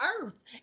earth